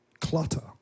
clutter